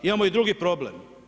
Imamo i drugi problem.